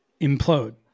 implode